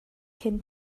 cyn